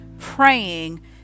praying